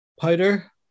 powder